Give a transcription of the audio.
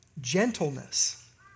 gentleness